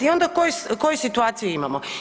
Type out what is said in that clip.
I onda koju situaciju imamo?